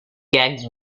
gags